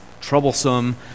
troublesome